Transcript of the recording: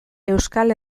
euskal